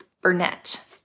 Burnett